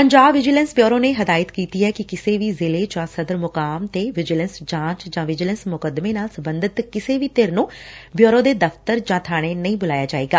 Punjab vigilance bureau ਨੇ ਹਦਾਇਤ ਕੀਤੀ ਐ ਕਿ ਕਿਸੇ ਵੀ ਜ਼ਿਲ੍ਹੇ ਜਾਂ ਸਦਰ ਮੁਕਾਮ 'ਤੇ ਵਿਜੀਲੈ'ਸ ਜਾਂਚ ਜਾਂ ਵਿਜੀਲੈ'ਸ ਮੁਕੱਦਮੇ ਨਾਲ ਸਬੰਧਤ ਕਿਸੇ ਵੀ ਧਿਰ ਨੁੰ ਬਿਉਰੋ ਦੇ ਦਫ਼ਤਰ ਜਾਂ ਬਾਣੇ ਨਹੀ ਬੁਲਾਇਆ ਜਾਏਗਾ